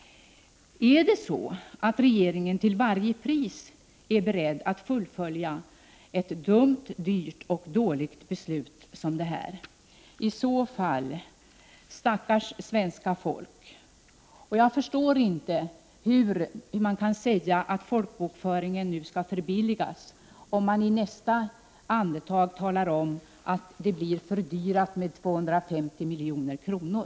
Är det så att regeringen är beredd att till varje pris fullfölja ett dumt, dyrt och dåligt förslag som det här? I så fall: stackars svenska folk! Jag förstår inte hur man kan säga att folkbokföringen nu skall förbilligas, om man i nästa andetag talar om att den blir fördyrad med 250 milj.kr.